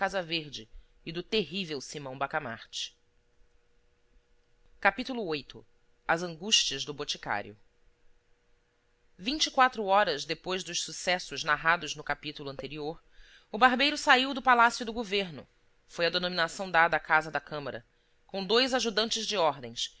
casa verde e do terrível simão bacamarte capítulo viii as angústias do boticário vinte e quatro horas depois dos sucessos narrados no capítulo anterior o barbeiro saiu do palácio do governo foi a denominação dada à casa da câmara com dois ajudantes deordens